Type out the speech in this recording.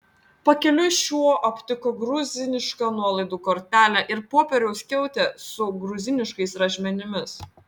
pakeliui šuo aptiko gruzinišką nuolaidų kortelę ir popieriaus skiautę su gruziniškais rašmenimis